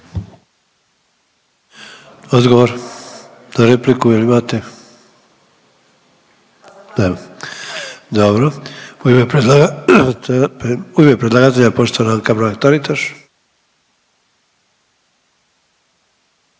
Odgovor na repliku jel' imate? Nemate. Dobro. U ime predlagatelja poštovana Anka Mrak-Taritaš.